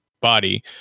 body